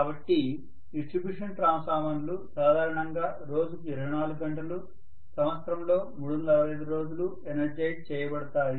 కాబట్టి డిస్ట్రిబ్యూషన్ ట్రాన్స్ఫార్మర్లు సాధారణంగా రోజుకు 24 గంటలు సంవత్సరంలో 365 రోజులు ఎనర్జైజ్ చేయబడతాయి